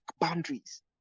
boundaries